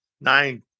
nine